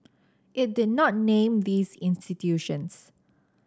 it did not name these institutions